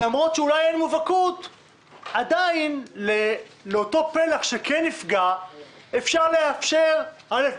למרות שאולי אין מובהקות עדיין לאותו פלח שכן נפגע אפשר לאפשר א',